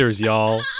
y'all